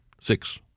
six